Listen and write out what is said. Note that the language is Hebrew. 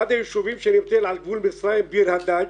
אחד היישובים שנמצא על גבול מצרים, ביר הדאג',